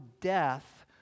death